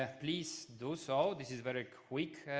please do so. this is very quick,